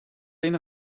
den